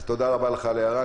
תודה רבה לך על ההערה.